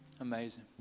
amazing